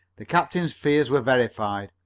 the captain's fears were verified.